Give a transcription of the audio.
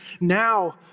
now